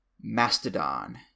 Mastodon